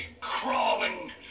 crawling